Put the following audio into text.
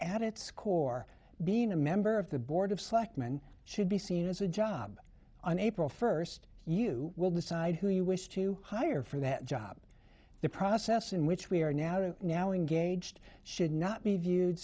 at its core being a member of the board of selectmen should be seen as a job on april first you will decide who you wish to hire for that job the process in which we are now to now engaged should not be viewed